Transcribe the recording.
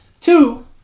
Two